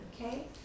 Okay